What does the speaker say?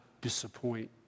disappoint